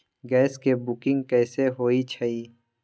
Gas के booking कैसे होईछई?